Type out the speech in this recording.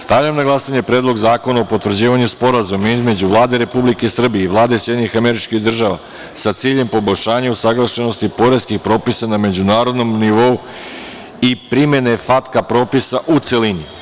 Stavljam na glasanje Predlog zakona o potvrđivanju Sporazuma između Vlade Republike Srbije i Vlade Sjedinjenih Američkih Država sa ciljem poboljšanja usaglašenosti poreskih propisa na međunarodnom nivou i primene FATKA propisa, u celini.